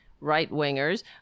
right-wingers